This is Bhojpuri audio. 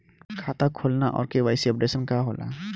खाता खोलना और के.वाइ.सी अपडेशन का होला?